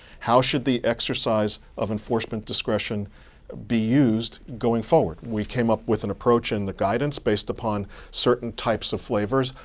how should the exercise of enforcement discretion be used going forward. we came up with an approach in the guidance, based upon certain types of flavors,